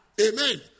Amen